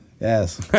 Yes